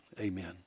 Amen